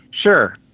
Sure